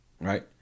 right